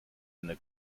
eine